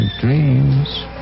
dreams